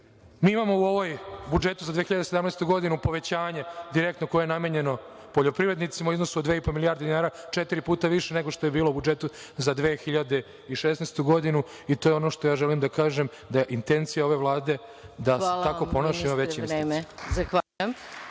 mi imamo u ovom budžetu za 2017. godinu povećanje direktno koje je namenjeno poljoprivrednicima u iznosu od 2,5 milijarde dinara, četiri puta više nego što je bilo u budžetu za 2016. godinu. I to je ono što sam želeo da kažem da je intencija ove Vlade da se tako ponaša i ima veće investicije. **Maja Gojković**